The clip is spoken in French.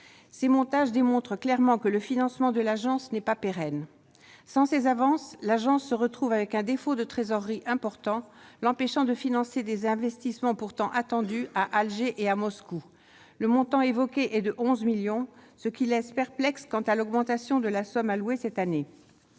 Ces montages démontrent clairement que le financement de l'Agence n'est pas pérenne. Sans ces avances, l'AEFE se retrouve avec un défaut de trésorerie important, l'empêchant de financer des investissements, pourtant attendus, à Alger et à Moscou. Le montant évoqué est de 11 millions d'euros, ce qui laisse perplexe quant à l'augmentation de la somme allouée cette année.